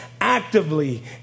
Actively